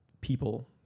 people